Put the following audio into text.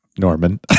norman